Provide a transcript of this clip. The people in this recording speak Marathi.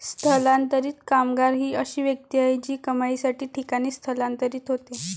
स्थलांतरित कामगार ही अशी व्यक्ती आहे जी कमाईसाठी ठिकाणी स्थलांतरित होते